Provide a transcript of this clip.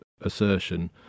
assertion